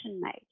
made